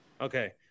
Okay